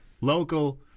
local